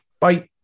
Bye